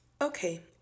Okay